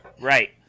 Right